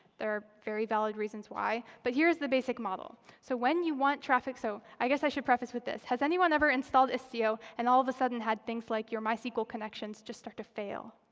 there are very valid reasons why. but here is the basic model. so when you want traffic so, i guess i should preface with this. has anyone ever installed istio and all of a sudden had things like your mysql connections just start to fail?